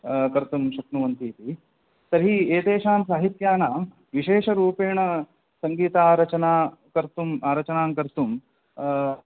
कर्तुं शक्नुवन्ति इति तर्हि एतेषां साहित्यानां विशेषरूपेण सङ्गीतारचना कर्तुं आरचनां कर्तुं